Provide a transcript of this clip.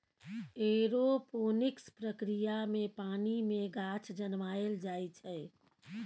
aeroponics प्रक्रिया मे पानि मे गाछ जनमाएल जाइ छै